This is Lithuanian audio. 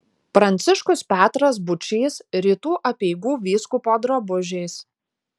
pranciškus petras būčys rytų apeigų vyskupo drabužiais